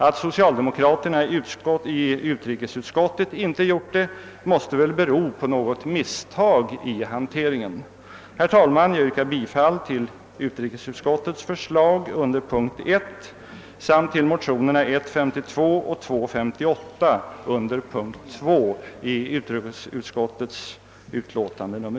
Att socialdemokraterna i utrikesutskottet inte gjort det måste bero på något misstag i hanteringen. Herr talman! Jag yrkar bifall till utrikesutskottets hemställan under punkten 1 samt till motionerna I:52 och II: 58 under punkten 2 i utskottets utlåtande.